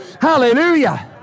Hallelujah